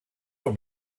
will